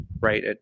right